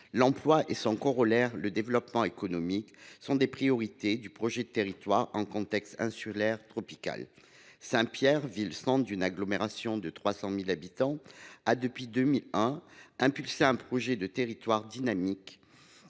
L’emploi et son corollaire, le développement économique, sont des priorités du projet de territoire en contexte insulaire tropical. Saint Pierre, ville centre d’une agglomération de 300 000 habitants, a depuis 2001 impulsé un projet de territoire dynamique.